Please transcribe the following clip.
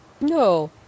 No